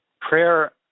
Prayer